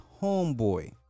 homeboy